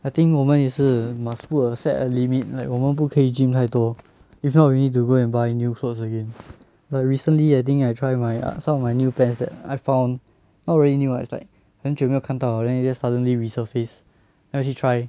I think 我们也是 must put a set a limit like 我们不可以 gym 太多 if not we need to go and buy new clothes again like recently I think I try my some of my new pants that I found not really new ah it's like 很久没有看到了 then it just suddenly resurface then 我去 try